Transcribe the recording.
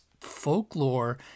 folklore